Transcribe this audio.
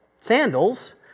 sandals